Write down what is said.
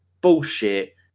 Bullshit